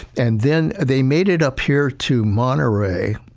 and then they made it up here to monterey.